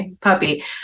puppy